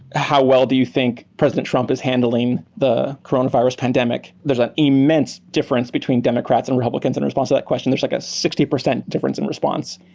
how well do you think president trump is handling the coronavirus pandemic? there's an immense difference between democrats and republicans in response to that question. there's like a sixty percent difference in response.